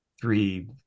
three